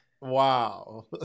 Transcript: Wow